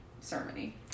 ceremony